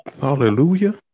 Hallelujah